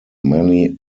many